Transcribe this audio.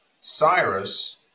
Cyrus